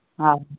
हा